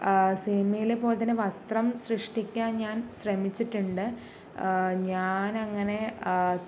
സിനിമയിലെ പോലെ തന്നെ വസ്ത്രം സൃഷ്ടിക്കാൻ ഞാൻ ശ്രമിച്ചിട്ടുണ്ട് ഞാനങ്ങനെ